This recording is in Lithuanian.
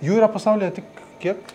jų yra pasaulyje tik kiek